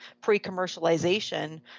pre-commercialization